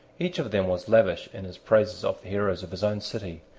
each of them was lavish in his praises of the heroes of his own city,